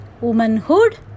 womanhood